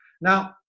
Now